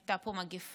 הייתה פה מגפה,